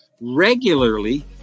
regularly